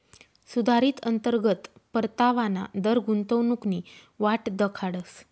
सुधारित अंतर्गत परतावाना दर गुंतवणूकनी वाट दखाडस